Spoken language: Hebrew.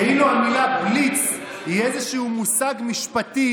כאילו המילה "בליץ" היא איזשהו מושג משפטי